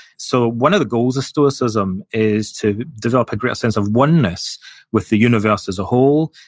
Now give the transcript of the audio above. so, one of the goals of stoicism is to develop a greater sense of oneness with the universe as a whole,